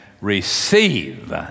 receive